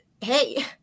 hey